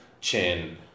Chin